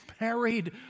married